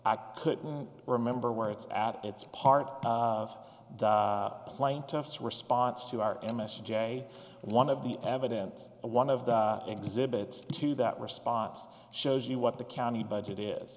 i couldn't remember where it's at it's part of the plaintiff's response to our m s j one of the evidence one of the exhibits to that response shows you what the county budget is